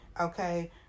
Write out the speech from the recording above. Okay